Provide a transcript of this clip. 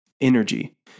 energy